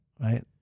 right